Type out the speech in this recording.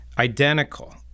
identical